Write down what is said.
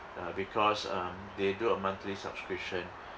uh because um they do a monthly subscription